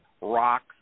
Rocks